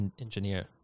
engineer